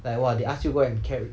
like !wah! they ask you go and carry